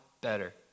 better